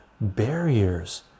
barriers